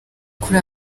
kuri